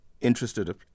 Interested